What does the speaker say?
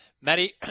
Matty